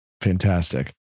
fantastic